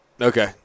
Okay